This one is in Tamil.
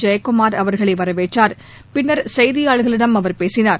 ஜெயகுமார் அவர்களை வரவேற்றா்பின்னர் செய்தியாளர்களிடம் அவர் பேசினார்